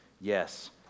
yes